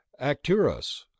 Acturus